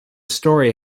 story